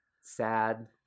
Sad